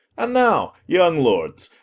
and now, young lords,